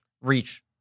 reach